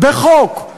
בחוק,